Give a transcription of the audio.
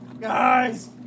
Guys